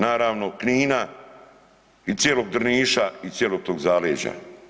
Naravno Knina i cijelog Drniša i cijelog tog zaleđa.